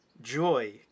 joy